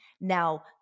Now